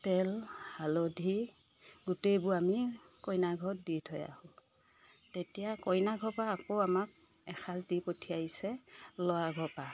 তেল হালধি গোটেইবোৰ আমি কইনা ঘৰত দি থৈ আহোঁ তেতিয়া কইনা ঘৰৰ পৰা আকৌ আমাক এসাজ দি পঠিয়াইছে ল'ৰা ঘৰৰ পৰা